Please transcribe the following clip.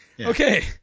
Okay